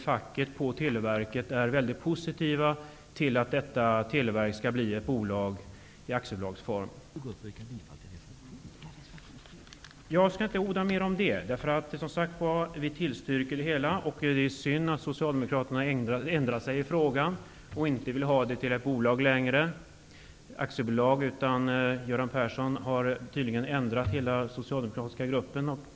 facket på Televerket, är väldigt positivt inställda till att Jag skall inte orda mer om detta. Som sagt var tillstyrker vi det hela. Det är synd att socialdemokraterna har ändrat sig i frågan och inte längre vill att Televerket skall bli ett aktiebolag. Göran Persson har tydligen fått hela den socialdemokratiska gruppen att ändra sig.